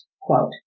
Quote